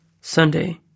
Sunday